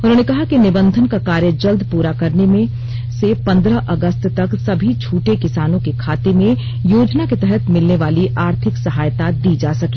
उन्होंने कहा कि निबंधन का कार्य जल्द पूरा करने से पंद्रह अगस्त तक सभी छूटे किसानों के खाते में योजना के तहत मिलने वाली आर्थिक सहायता दी जा सके